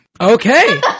Okay